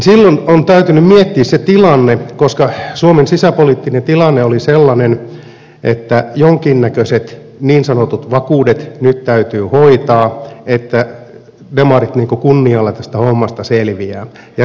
silloin on täytynyt miettiä se tilanne koska suomen sisäpoliittinen tilanne oli sellainen että jonkinnäköiset niin sanotut vakuudet nyt täytyi hoitaa että demarit kunnialla tästä hommasta selviävät